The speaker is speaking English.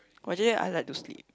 actually I like to sleep